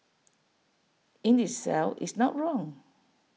in itself is not wrong